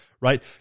right